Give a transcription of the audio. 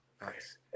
Nice